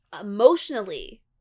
emotionally